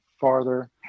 farther